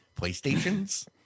Playstations